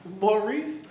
Maurice